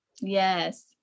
yes